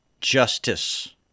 justice